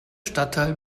stadtteil